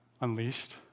unleashed